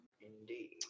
Indeed